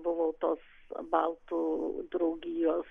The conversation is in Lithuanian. buvau tos baltų draugijos